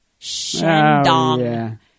Shandong